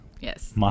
Yes